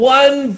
one